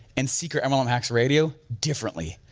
and secret mlm hacks radio differently.